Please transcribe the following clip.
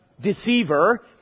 deceiver